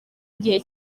igihe